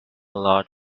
lot